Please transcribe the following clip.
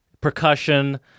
percussion